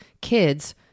kids